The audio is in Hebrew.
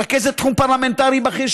רכזת תחום פרלמנטרי בכיר,